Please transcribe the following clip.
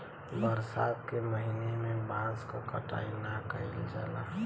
बरसात के महिना में बांस क कटाई ना कइल जाला